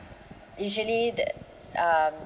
usually the um